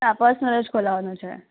હા પર્સનલ જ ખોલાવવાનું છે